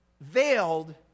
Veiled